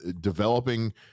developing